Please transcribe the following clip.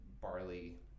barley